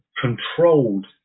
controlled